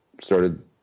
started